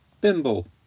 Bimble